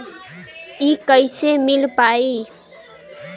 इ कईसे मिल पाई?